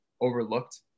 overlooked